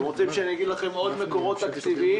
אתם רוצים שאגיד לכם עוד מקורות תקציביים?